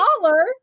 dollar